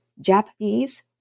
Japanese